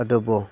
ꯑꯗꯨꯕꯨ